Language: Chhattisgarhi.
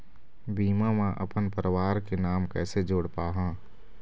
बीमा म अपन परवार के नाम कैसे जोड़ पाहां?